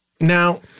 Now